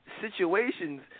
situations